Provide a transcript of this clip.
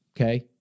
okay